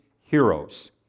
Heroes